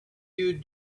you